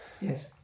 Yes